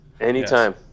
Anytime